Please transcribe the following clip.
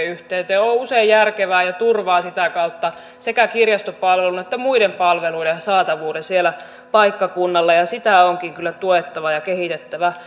yhteyteen on on usein järkevää ja turvaa sitä kautta sekä kirjastopalvelun että muiden palveluiden saatavuuden siellä paikkakunnalla ja sitä onkin kyllä tuettava ja kehitettävä